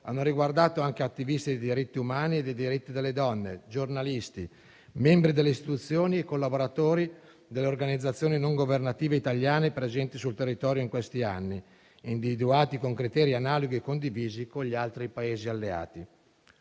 hanno riguardato anche attivisti dei diritti umani e dei diritti delle donne, giornalisti, membri delle istituzioni e collaboratori delle organizzazioni non governative italiane presenti sul territorio in questi anni, individuati con criteri analoghi e condivisi con gli altri Paesi alleati.